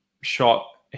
shot